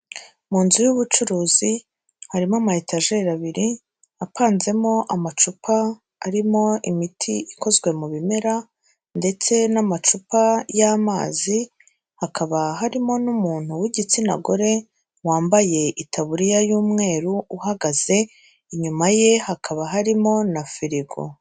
Mu nzu y'ubucuruzi harimo ama etajeri abiri apanzemo amacupa arimo imiti ikozwe mu bimera, ndetse n'amacupa y'amazi, hakaba harimo n'umuntu w'igitsina gore wambaye itaburiya y'umweru uhagaze, inyuma ye hakaba harimo na firigo.